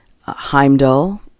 Heimdall